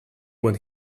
when